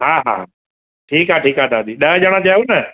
हा हा ठीकु आहे ठीकु आहे दादी ॾह ॼणा चयव न